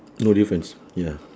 no difference ya